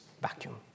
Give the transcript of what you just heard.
vacuum